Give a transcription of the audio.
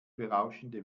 berauschende